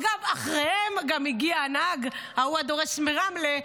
אגב, אחריהם הגיע גם הנהג, ההוא הדורס מרמלה.